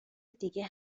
دیگه